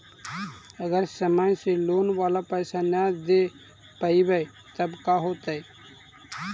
अगर समय से लोन बाला पैसा न दे पईबै तब का होतै?